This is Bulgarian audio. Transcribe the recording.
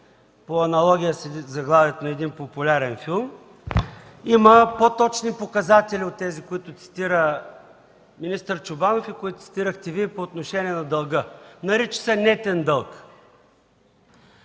по аналогия на заглавието на един популярен филм, има по-точни показатели от тези, които цитира министър Чобанов и които цитирахте Вие по отношение на дълга – нарича се нетен дълг.